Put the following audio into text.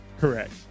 Correct